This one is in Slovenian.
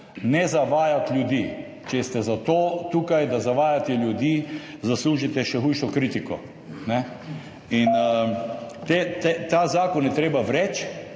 Ne zavajati ljudi. Če ste zato tukaj, da zavajate ljudi, zaslužite še hujšo kritiko. Ta zakon je treba zavreči,